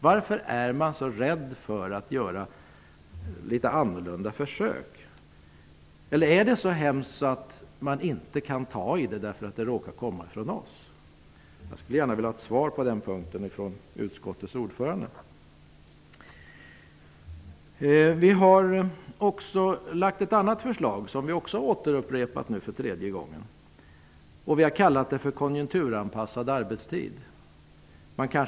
Varför är ni så rädda för att göra litet annorlunda försök? Eller är det så hemskt att förslagen råkar komma från Ny demokrati, så att ni inte kan ta i dem? Jag vill gärna ha ett svar på den punkten från utskottets ordförande. Vi har lagt fram ett annat förslag som nu återupprepas för tredje gången. Vi har kallat det för konjunkturanpassad arbetstid.